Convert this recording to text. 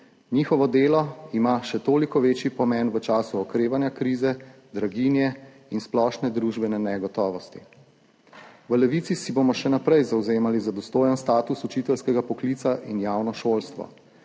Njihovo delo ima še toliko večji pomen v času okrevanja krize, draginje in splošne družbene negotovosti. V Levici si bomo še naprej zavzemali za dostojen status učiteljskega poklica in javno šolstvo.